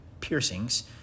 piercings